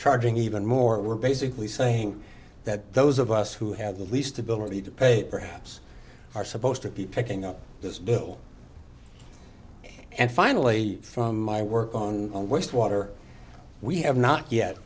charging even more we're basically saying that those of us who have the least ability to pay perhaps are supposed to be picking up this bill and finally from my work on wastewater we have not yet